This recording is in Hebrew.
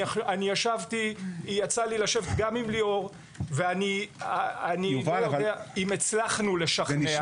יצא לי לשבת גם עם ליאור ואני לא יודע אם הצלחנו לשכנע --- יובל,